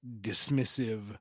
dismissive